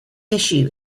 issue